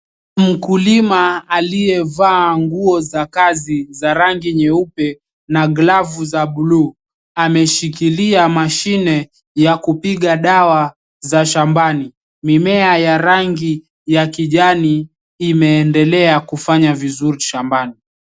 Mkulima aliyevaa nguo za kazi za rangi nyeupe na glavu za buluu, ameshikilia mashine ya kupiga dawa za shambani. Mimea ya rangi ya kijani imeendelea kufanya vizuri shambani.